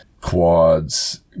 quads